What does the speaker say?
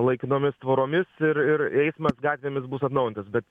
laikinomis tvoromis ir ir eismas gatvėmis bus atnaujintas bet